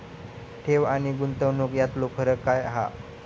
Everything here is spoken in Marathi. ठेव आनी गुंतवणूक यातलो फरक काय हा?